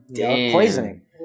poisoning